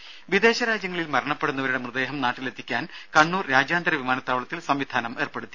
രുമ വിദേശ രാജ്യങ്ങളിൽ മരണപ്പെടുന്നവരുടെ മൃതദേഹം നാട്ടിലെത്തിക്കാൻ കണ്ണൂർ രാജ്യാന്തര വിമാനത്താവളത്തിൽ സംവിധാനമേർപ്പെടുത്തി